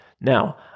Now